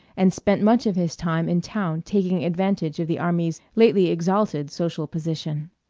and spent much of his time in town taking advantage of the army's lately exalted social position.